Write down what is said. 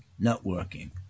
networking